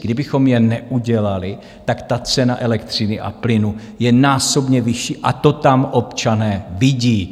Kdybychom je neudělali, cena elektřiny a plynu je násobně vyšší a to tam občané vidí.